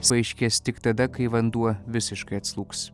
paaiškės tik tada kai vanduo visiškai atslūgs